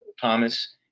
Thomas